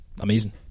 amazing